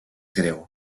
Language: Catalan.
greu